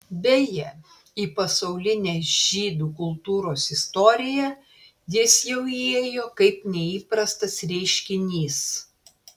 beje į pasaulinę žydų kultūros istoriją jis jau įėjo kaip neįprastas reiškinys